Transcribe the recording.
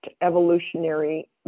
evolutionary